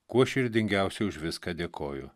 kuo širdingiausiai už viską dėkoju